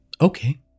Okay